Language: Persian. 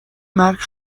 مرگ